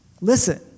listen